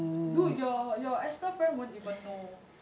dude your your esther friend won't even know